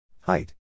Height